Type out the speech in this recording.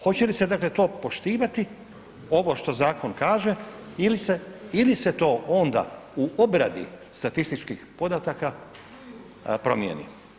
Hoće li se dakle to poštovati, ovo što zakon kaže ili se to onda u obradi statističkih podataka promijeni?